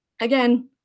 again